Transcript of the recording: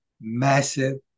massive